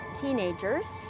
teenagers